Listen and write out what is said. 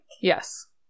Yes